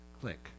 Click